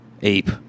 ape